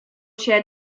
się